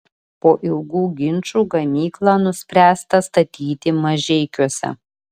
po ilgų ginčų gamyklą nuspręsta statyti mažeikiuose